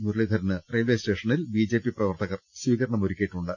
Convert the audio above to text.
മുരളീധരന് railway സ്റ്റേഷനിൽ BJP പ്രവർത്തകർ സ്വീകരണം ഒരുക്കിയിട്ടുണ്ട്